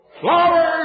Flowers